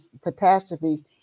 catastrophes